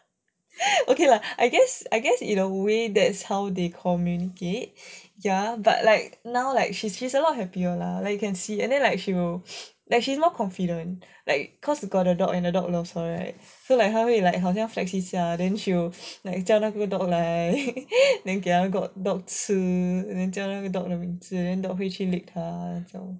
okay lah I guess I guess in a way that's how they communicate ya but like now like she's she's a lot happier lah like you can see and then like she will like she's more confident like cause got the dog and the dog loves her right so like 她会 like 好像 flex 一下 then she will like 叫那个 dog 来 then 给那个 dog 吃 then 叫那个 dog 去 lick 她